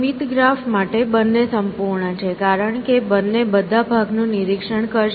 સીમિત ગ્રાફ માટે બંને સંપૂર્ણ છે કારણ કે બંને બધા ભાગનું નિરીક્ષણ કરશે